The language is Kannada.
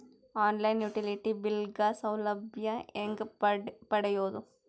ಆನ್ ಲೈನ್ ಯುಟಿಲಿಟಿ ಬಿಲ್ ಗ ಸೌಲಭ್ಯ ಹೇಂಗ ಪಡೆಯೋದು?